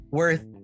worth